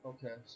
Okay